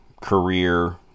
career